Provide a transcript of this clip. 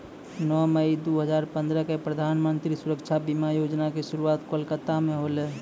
नौ मई दू हजार पंद्रह क प्रधानमन्त्री सुरक्षा बीमा योजना के शुरुआत कोलकाता मे होलै